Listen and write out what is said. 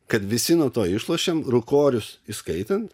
kad visi nuo to išlošėm rūkorius įskaitant